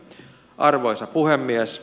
arvoisa puhemies